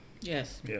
Yes